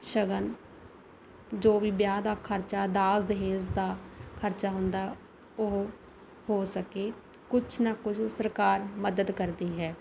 ਸ਼ਗਨ ਜੋ ਵੀ ਵਿਆਹ ਦਾ ਖ਼ਰਚਾ ਦਾਜ ਦਹੇਜ ਦਾ ਖ਼ਰਚਾ ਹੁੰਦਾ ਉਹ ਹੋ ਸਕੇ ਕੁਝ ਨਾ ਕੁਝ ਸਰਕਾਰ ਮਦਦ ਕਰਦੀ ਹੈ